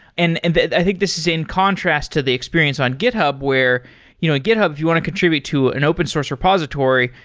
and and but i think this is in contrast to the experience on github, where at you know github, if you want to contribute to an open source repository,